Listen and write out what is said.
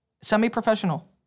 Semi-professional